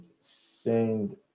send